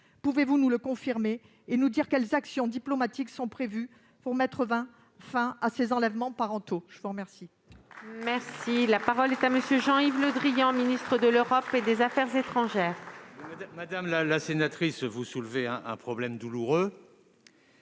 pouvez-vous nous le confirmer et nous dire quelles actions diplomatiques sont prévues pour mettre fin à ces enlèvements parentaux ? La parole